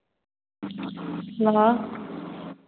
hello